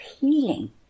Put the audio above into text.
healing